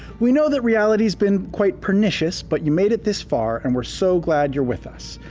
we know that reality's been quite pernicious, but you made it this far, and we're so glad you're with us.